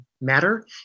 matter